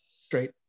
straight